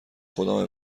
خدامه